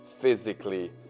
physically